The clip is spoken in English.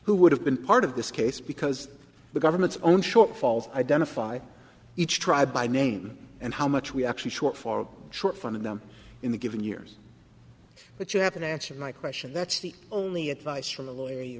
who would have been part of this case because the government's own shortfalls identify each tribe by name and how much we actually short for short front of them in a given years but you haven't answered my question that's the only advice from a lawyer you